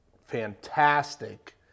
fantastic